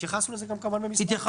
התייחסנו לזה במסמך.